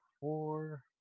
four